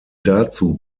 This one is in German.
dazu